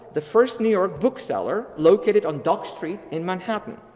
the first new york bookseller located on dock street in manhattan.